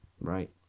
right